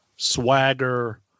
swagger